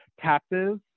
taxes